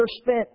spent